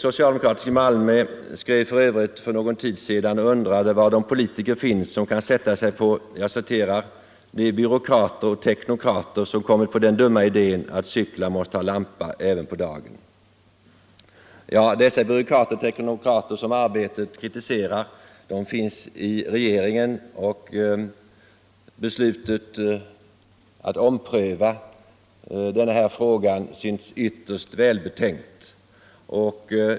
Tidningen Arbetet i Malmö skrev för övrigt för någon tid sedan och undrade var de politiker finns som kan sätta sig på ”de byråkrater och teknokrater som kommit på den dumma idén att cyklar måste ha lampa även på dagen”. Dessa byråkrater och teknokrater som Arbetet kritiserar finns i regeringen, och beslutet att ompröva denna fråga är ytterst välbetänkt.